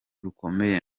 rukomeye